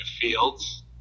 fields